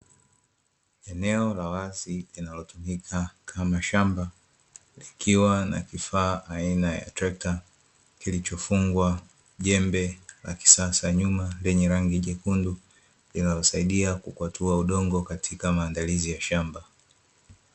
Eneo la wazi linalotumika kama shamba likiwa na kifaa aina ya trekta kilichofungwa jembe la kisasa nyuma lenye rangi nyekundu linalosaidia kukwatua udongo katika maandalizi ya shamba.